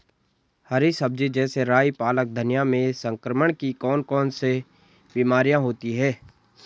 हरी सब्जी जैसे राई पालक धनिया में संक्रमण की कौन कौन सी बीमारियां होती हैं?